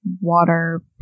water